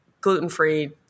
gluten-free